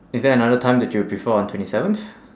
is there another time that you prefer on twenty seventh